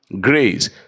Grace